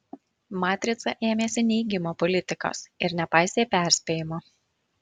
matrica ėmėsi neigimo politikos ir nepaisė perspėjimo